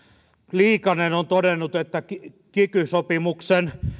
liikanen on todennut että kiky sopimuksen